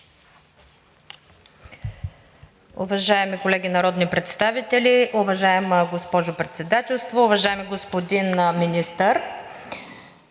Уважаеми колеги народни представители, уважаема госпожо Председателстваща! Уважаеми господин Министър,